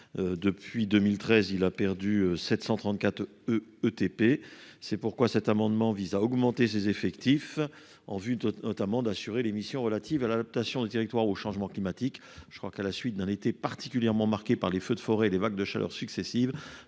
Depuis 2013, il a perdu 734 ETP. C'est pourquoi cet amendement vise à augmenter ses effectifs, afin notamment de lui permettre d'assurer ses missions relatives à l'adaptation du territoire au changement climatique. À la suite d'un été particulièrement marqué par les feux de forêt et les vagues de chaleur successives,